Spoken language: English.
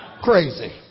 Crazy